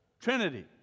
Trinity